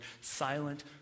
silent